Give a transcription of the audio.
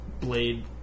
Blade